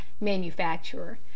manufacturer